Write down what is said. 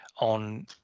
on